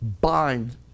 bind